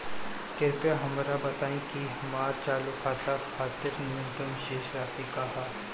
कृपया हमरा बताइं कि हमर चालू खाता खातिर न्यूनतम शेष राशि का ह